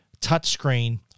touchscreen